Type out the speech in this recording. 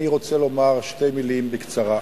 אני רוצה לומר שתי מלים בקצרה: